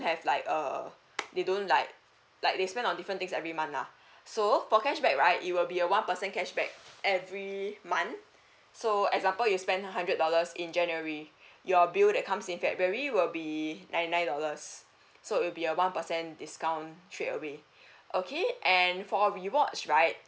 have like uh they don't like like they spend on different things every month lah so for cashback right it will be a one percent cashback every month so example you spend hundred dollars in january your bill that comes in february will be ninety nine dollars so it will be a one percent discount straight away okay and for rewards right